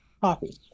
Coffee